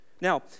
Now